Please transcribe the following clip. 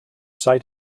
sight